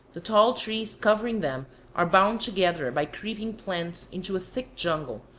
the tall trees covering them are bound together by creeping plants into a thick jungle,